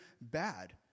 bad